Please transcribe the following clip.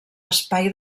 espai